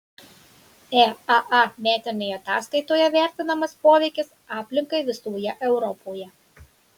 eaa metinėje ataskaitoje vertinamas poveikis aplinkai visoje europoje